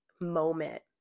moment